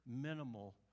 minimal